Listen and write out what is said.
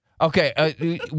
Okay